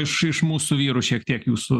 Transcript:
iš iš mūsų vyrų šiek tiek jūsų